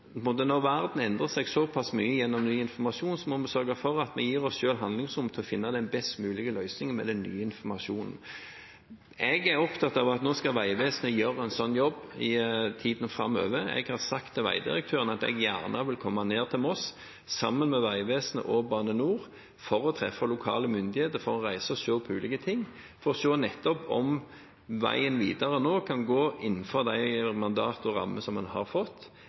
vi sørge for at vi gir oss selv handlingsrom til å finne den best mulige løsningen med den nye informasjonen. Jeg er opptatt av at nå skal Vegvesenet gjøre en slik jobb i tiden framover. Jeg har sagt til veidirektøren at jeg gjerne vil komme ned til Moss sammen med Vegvesenet og Bane Nor for å treffe lokale myndigheter og reise og se på ulike ting for nettopp å se om veien videre nå kan gå innenfor de mandater og rammer som en har fått,